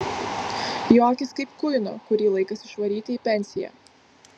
jo akys kaip kuino kurį laikas išvaryti į pensiją